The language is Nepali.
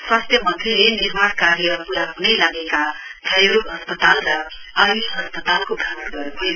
स्वास्थ्य मन्त्रीले निर्माण कार्य पूरा ह्नै लागेका क्षथरोग अस्पताल र आयूष अस्पतालको भ्रमण गर्नभयो